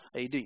AD